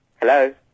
Hello